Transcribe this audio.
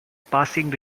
passing